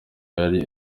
yari